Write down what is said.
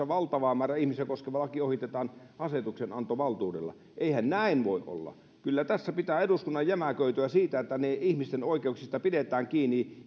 valtavaa määrää ihmisiä koskeva laki ohitetaan asetuksenantovaltuudella eihän näin voi olla kyllä tässä pitää eduskunnan jämäköityä siinä että ihmisten oikeuksista pidetään kiinni